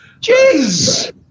Jeez